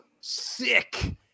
sick